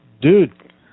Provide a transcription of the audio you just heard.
dude